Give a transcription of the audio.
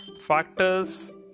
Factors